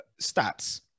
stats